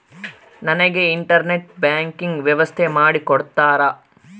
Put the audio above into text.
ನನಗೆ internet banking ವ್ಯವಸ್ಥೆ ಮಾಡಿ ಕೊಡ್ತೇರಾ?